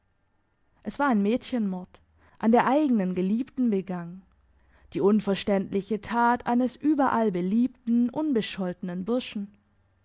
es war ein mädchenmord an der eigenen geliebten begangen die unverständliche tat eines überall beliebten unbescholtenen burschen